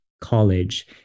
college